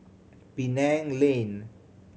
Penang Lane